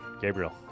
Gabriel